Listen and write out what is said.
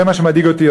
זה מה שמדאיג אותי,